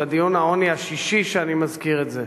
זה דיון העוני השישי שאני מזכיר את זה,